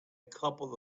couple